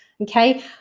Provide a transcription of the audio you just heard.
okay